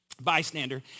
Bystander